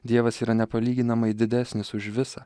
dievas yra nepalyginamai didesnis už visa